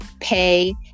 pay